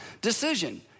decision